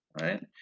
right